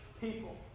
people